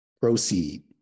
proceed